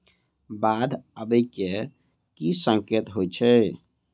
बाढ़ आबै केँ की संकेत होइ छै?